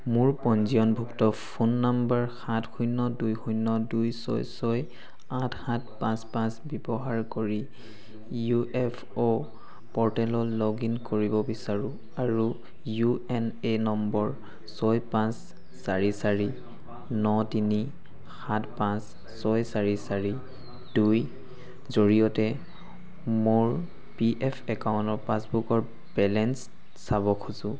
মোৰ পঞ্জীয়নভুক্ত phone number সাত শূণ্য দুই শূণ্য দুই ছয় ছয় আঠ সাত পাঁচ পাঁচ ব্যৱহাৰ কৰি ইপিএফঅ' প'ৰ্টেলত লগ ইন কৰিব বিচাৰোঁ আৰু ইউএনএ নম্বৰ ছয় পাঁচ চাৰি চাৰি ন তিনি সাত পাঁচ ছয় চাৰি চাৰি দুই জৰিয়তে মোৰ পিএফ একাউণ্টৰ পাছবুকৰ বেলেঞ্চটো চাব খোজোঁ